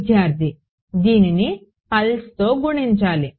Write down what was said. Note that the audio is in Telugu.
విద్యార్థి దీనిని పల్స్తో గుణించాలి